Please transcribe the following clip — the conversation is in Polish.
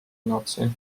nocy